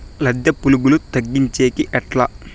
లద్దె పులుగులు తగ్గించేకి ఎట్లా?